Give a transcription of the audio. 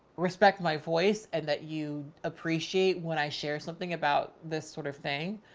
respect my voice and that you appreciate when i share something about this sort of thing,